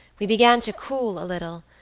we began to cool a little,